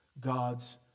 God's